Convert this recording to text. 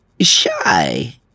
shy